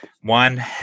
one